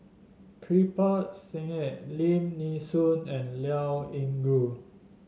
Kirpal Singh Lim Nee Soon and Liao Yingru